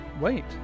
wait